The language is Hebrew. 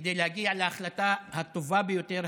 כדי להגיע להחלטה הטובה ביותר,